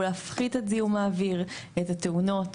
להפחית את זיהום האוויר ואת התאונות,